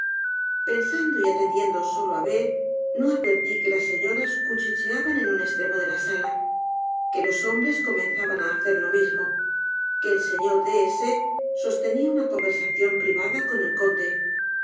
pensando y atendiendo solo á b no advertí que las señoras cuchicheaban en un esfremo de la sala que los hombres comenzaban á hacer lo mismo que el señor de s sostenía una conversación privada con el conde